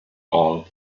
all